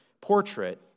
portrait